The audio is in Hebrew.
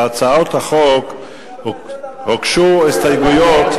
להצעות החוק הוגשו הסתייגויות.